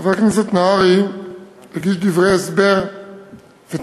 חבר הכנסת נהרי הגיש דברי הסבר וטען,